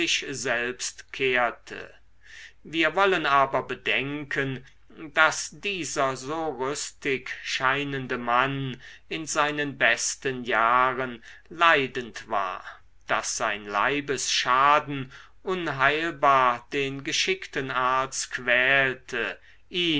selbst kehrte wir wollen aber bedenken daß dieser so rüstig scheinende mann in seinen besten jahren leidend war daß ein leibesschaden unheilbar den geschickten arzt quälte